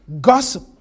gossip